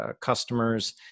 customers